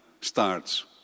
starts